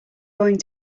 going